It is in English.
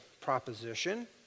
proposition